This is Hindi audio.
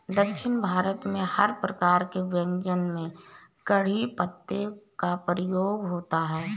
दक्षिण भारत में हर प्रकार के व्यंजन में कढ़ी पत्ते का प्रयोग होता है